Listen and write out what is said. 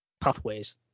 pathways